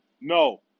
No